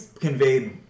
conveyed